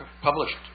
published